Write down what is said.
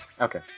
okay